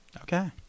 Okay